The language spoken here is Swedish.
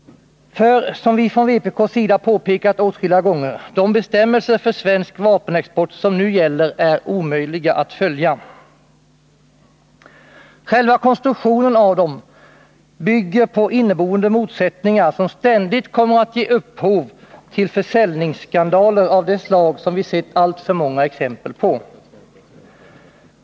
För — som vi från vpk:s sida påpekat åtskilliga gånger — de bestämmelser för svensk vapenexport som nu gäller är omöjliga att följa. Själva konstruktionen av dem bygger på inneboende motsättningar som ständigt kommer att ge upphov till försäljningsskandaler av det slag som vi sett alltför många exempel på.